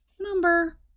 Number